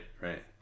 right